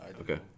Okay